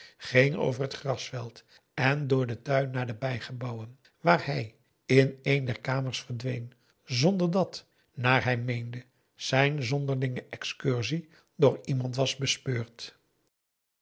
ging over het grasveld en door den tuin naar de bijgebouwen waar hij in een der kamers verdween zonder dat naar hij meende zijn zonderlinge excursie door iemand was bespeurd